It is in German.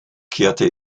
kehrte